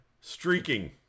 Streaking